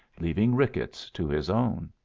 leaving ricketts to his own.